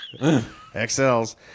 XLs